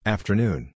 Afternoon